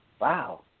Wow